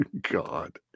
God